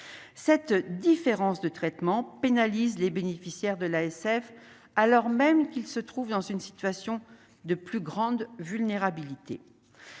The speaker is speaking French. cette différence de traitement pénalise les bénéficiaires de l'ASF, alors même qu'il se trouve dans une situation de plus grande vulnérabilité